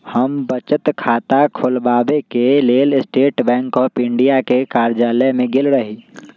हम बचत खता ख़ोलबाबेके लेल स्टेट बैंक ऑफ इंडिया के कर्जालय में गेल रही